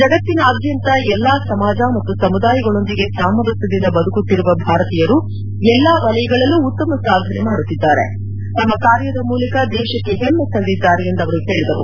ಜಗತ್ತಿನಾದ್ಯಂತ ಎಲ್ಲ ಸಮಾಜ ಮತ್ತು ಸಮುದಾಯಗಳೊಂದಿಗೆ ಸಾಮರಸ್ನದಿಂದ ಬದುಕುತ್ತಿರುವ ಭಾರತೀಯರು ಎಲ್ಲ ವಲಯಗಳಲ್ಲಿ ಉತ್ತಮ ಸಾಧನೆ ಮಾಡುತ್ತಿದ್ದಾರೆ ತಮ್ಮ ಕಾರ್ಯದ ಮೂಲಕ ದೇಶಕ್ಕೆ ಹೆಮ್ಮೆ ತಂದಿದ್ದಾರೆ ಎಂದು ಅವರು ಹೇಳಿದರು